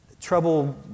trouble